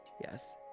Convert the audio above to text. Yes